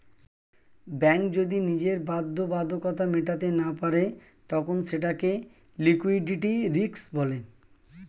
bank যদি নিজের বাধ্যবাধকতা মেটাতে না পারে তখন সেটাকে লিক্যুইডিটি রিস্ক বলে